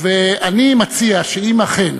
אני מציע שאם אכן